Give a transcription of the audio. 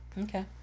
Okay